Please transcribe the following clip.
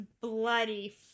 bloody